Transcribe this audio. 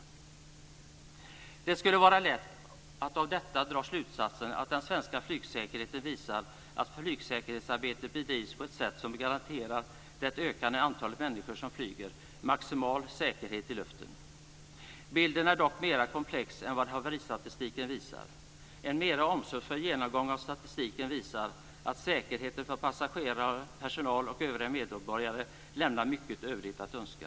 Av detta skulle det vara lätt att dra slutsatsen att det svenska flygsäkerhetsarbetet bedrivs på ett sätt som garanterar det ökande antalet människor som flyger maximal säkerhet i luften. Bilden är dock mer komplex än vad haveristatistiken visar. En mer omsorgsfull genomgång av statistiken visar att säkerheten för passagerare, personal och övriga medborgare lämnar mycket övrigt att önska.